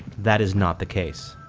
that is not the case.